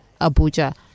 Abuja